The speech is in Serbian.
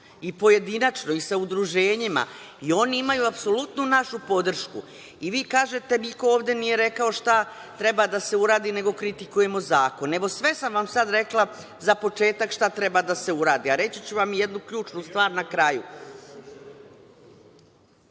i pojedinačno i sa udruženjima i oni imaju apsolutno našu podršku. I vi kažete niko ovde nije rekao šta treba da se uradi, nego kritikujemo zakon. Evo, sve sam vam sada rekla za početak šta treba da se uradi, a reći ću vam jednu ključnu stvar na